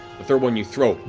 third one you throw.